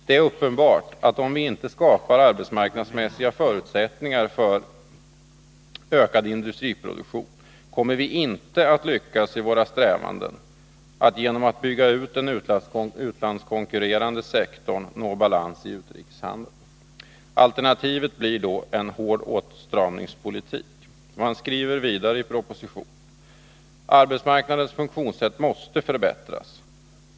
Det är uppenbart att om vi inte skapar arbetsmarknadsmässiga förutsättningar för en ökad industriproduktion kommer vi inte att lyckas i vår strävan att genom att bygga ut den utlandskonkurrerande sektorn nå balans i utrikeshandeln. Alternativet blir då en hård åtstramningspolitik.” Man skriver vidare i propositionen: ”Arbetsmarknadens funktionssätt måste förbättras.